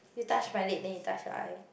you touch my leg then you touch your eye